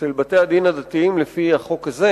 של בתי-הדין הדתיים לפי החוק הזה.